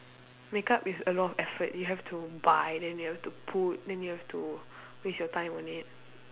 makeup is a lot of effort you have to buy then you have to put then you have to waste your time on it